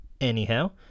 anyhow